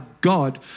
God